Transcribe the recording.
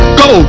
go